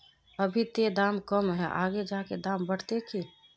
अभी ते दाम कम है आगे जाके दाम बढ़ते की?